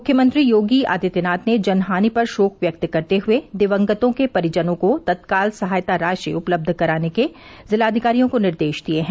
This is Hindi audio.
मुख्यमंत्री योगी आदित्यनाथ ने जनहानि पर शोक व्यक्त करते हुए दिवंगतों के परिजनों को तत्काल सहायता राशि उपलब्ध कराने के जिलाधिकारियों को निर्देश दिए हैं